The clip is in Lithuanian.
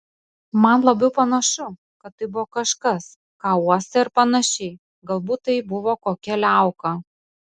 man labiau panašu kad tai buvo kažkas ką uostai ar panašiai galbūt tai buvo kokia liauka